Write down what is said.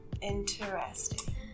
Interesting